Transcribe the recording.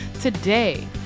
today